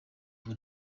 ubu